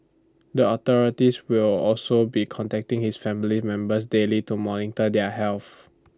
the authorities will also be contacting his family members daily to monitor their health